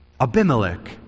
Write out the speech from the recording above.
Abimelech